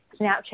Snapchat